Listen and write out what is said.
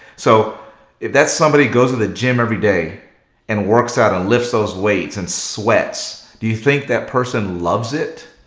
so if that somebody goes to the gym everyday and works out and lifts those weights and sweats do you think that person loves it?